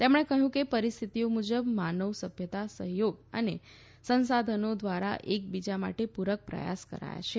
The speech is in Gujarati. તેમણે કહયું કે પરિસ્થિતિઓ મુજબ માનવ સભ્યતા સહયોગ અને સંસાધનો ધ્વારા એક બીજા માટે પુરક પ્રયાસ કરાયા છે